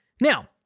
Now